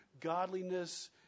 godliness